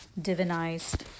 divinized